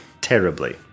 Terribly